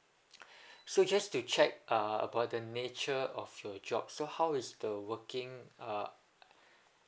so just to check uh about the nature of your job so how is the working uh